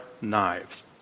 knives